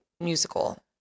musical